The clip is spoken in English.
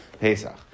Pesach